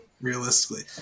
realistically